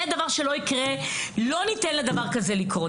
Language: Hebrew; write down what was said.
זה דבר שלא יקרה, לא ניתן לדבר כזה לקרות.